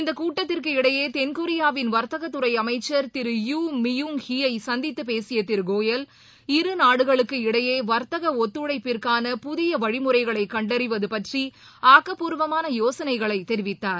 இந்தகூட்டத்திற்கு இடையேதென்கொரியாவின் வர்த்தகத்துறைஅமைச்சர் Thiru Yoo Myung Hee ஐ சந்தித்துபேசியதிருகோயல் இருநாடுகளுக்கு இடையேவர்த்தகஒத்துழைப்பிற்கான புதிவழிமுறைகளைகண்டறிவதுபற்றிஆக்கபபூர்வமானயோசனைகளைதெரிவித்தார்